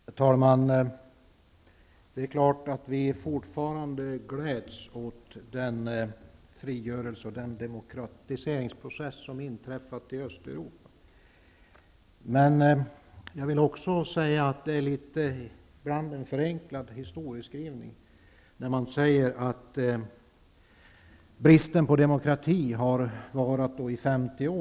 Herr talman! Det är klart att vi fortfarande gläds åt frigörelsen och demokratiseringsprocessen i Östeuropa. Men jag vill också säga att man något förenklar historieskrivningen när man säger att bristen på demokrati har varat i femtio år.